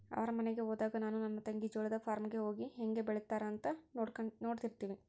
ಅವರ ಮನೆಗೆ ಹೋದಾಗ ನಾನು ನನ್ನ ತಂಗಿ ಜೋಳದ ಫಾರ್ಮ್ ಗೆ ಹೋಗಿ ಹೇಂಗೆ ಬೆಳೆತ್ತಾರ ಅಂತ ನೋಡ್ತಿರ್ತಿವಿ